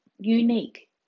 unique